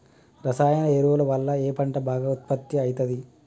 రసాయన ఎరువుల వల్ల ఏ పంట బాగా ఉత్పత్తి అయితది?